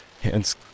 hands